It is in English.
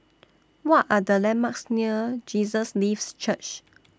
What Are The landmarks near Jesus Lives Church